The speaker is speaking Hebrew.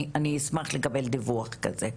אני אשמח לקבל דיווח כזה.